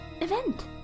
event